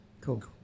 Cool